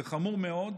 זה חמור מאוד.